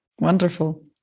wonderful